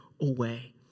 away